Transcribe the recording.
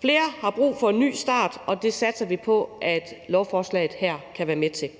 Flere har brug for en ny start, og det satser vi på at lovforslaget her kan være med til